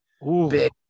big